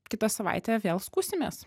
kitą savaitę vėl skųsimės